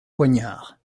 poignard